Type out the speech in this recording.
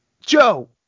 Joe